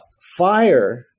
fire